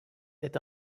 est